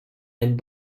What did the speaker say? and